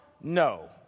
No